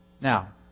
now